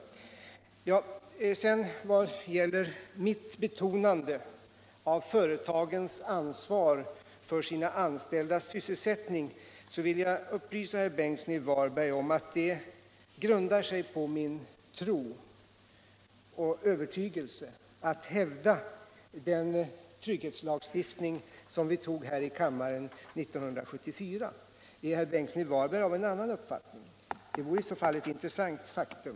När det sedan gäller mitt betonande av företagens ansvar för sina anställdas sysselsättning vill jag upplysa herr Bengtsson i Varberg om att det grundar sig på min tro på och min övertygelse att vi måste hävda den trygghetslagstiftning som togs här i kammaren 1974. Är herr Bengtsson av en annan uppfattning? Det vore i så fall ett intressant faktum.